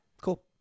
Cool